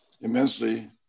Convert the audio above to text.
immensely